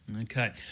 Okay